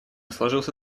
сложился